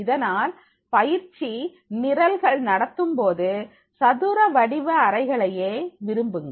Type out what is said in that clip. அதனால் பயிற்சி நிரல்கள் நடத்தும்போது சதுரவடிவ அறைகளையே விருப்புங்கள்